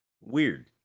weird